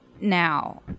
now